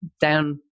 down